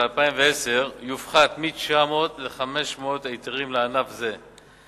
2010 יופחת מ-900 ל-500 היתרים לענף זה.